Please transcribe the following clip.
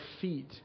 feet